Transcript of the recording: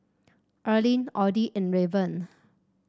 Earline Audy and Raven